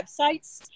websites